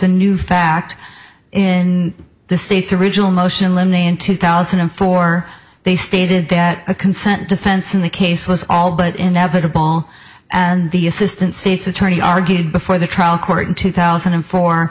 a new fact in the state's original motion in limine two thousand and four they stated that a consent defense in the case was all but inevitable and the assistant state's attorney argued before the trial court in two thousand and four